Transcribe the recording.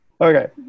Okay